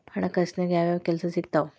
ಹಣಕಾಸಿನ್ಯಾಗ ಯಾವ್ಯಾವ್ ಕೆಲ್ಸ ಸಿಕ್ತಾವ